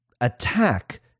attack